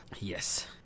yes